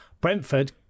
Brentford